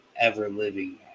ever-living